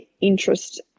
interest